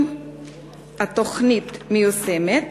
1. האם התוכנית מיושמת?